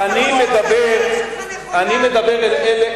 אם אתה חושב שהדרך שלך נכונה.